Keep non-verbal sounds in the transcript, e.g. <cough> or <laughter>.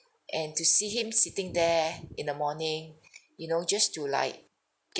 and to see him sitting there in the morning <breath> you know just to like get